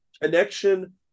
connection